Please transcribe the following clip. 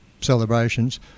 celebrations